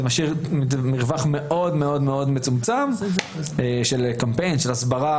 זה משאיר מרווח מאוד מצומצם של קמפיין הסברה